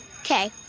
Okay